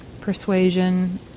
persuasion